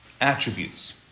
attributes